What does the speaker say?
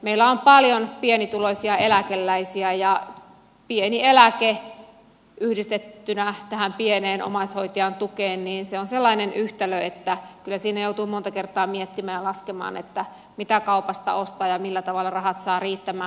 meillä on paljon pienituloisia eläkeläisiä ja pieni eläke yhdistettynä tähän pieneen omaishoitajan tukeen on sellainen yhtälö että kyllä siinä joutuu monta kertaa miettimään ja laskemaan että mitä kaupasta ostaa ja millä tavalla rahat saa riittämään